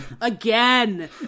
again